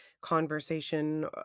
conversation